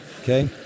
okay